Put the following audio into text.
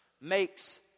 Makes